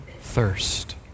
thirst